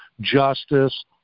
justice